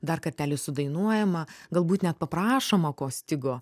dar kartelį sudainuojama galbūt net paprašoma ko stigo